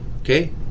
okay